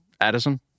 Addison